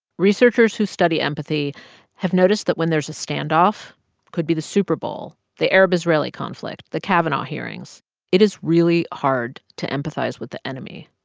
researchers who study empathy have noticed that when there's a standoff could be the super bowl, the arab-israeli conflict, the kavanaugh hearings it is really hard to empathize with the enemy.